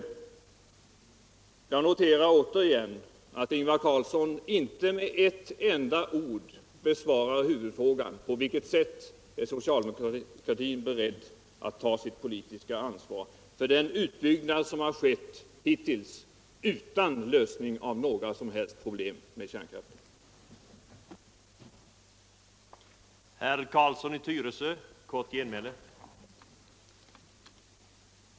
Jag noterar återigen alt Ingvar Carlsson inte med ett enda ord besvarar huvudtfrågan: På vilket sätt är soctaldemokratin beredd att tå sitt politiska ansvar för den utbyggnad som skett hituills och där tfösningar av kärn kraftens problem äterstår? Allmänpolitisk debatt Allmänpolitisk debatt